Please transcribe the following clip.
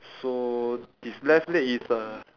so his left leg is uh